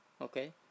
okay